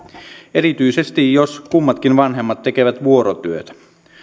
erityisesti jos kummatkin vanhemmat tekevät vuorotyötä